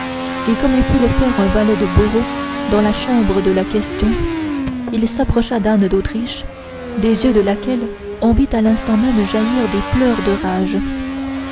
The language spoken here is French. et comme eût pu le faire un valet de bourreau dans la chambre de la question il s'approcha d'anne d'autriche des yeux de laquelle on vit à l'instant même jaillir des pleurs de rage